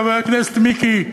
חבר הכנסת מיקי לוי,